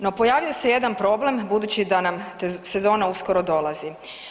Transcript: No, pojavio se jedan problem budući da nam sezona uskoro dolazi.